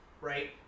right